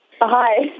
Hi